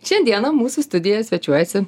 šiandieną mūsų studijo svečiuojasi